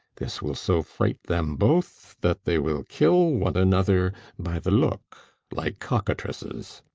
this will so fright them both, that they will kill one another by the look, like cockatrices.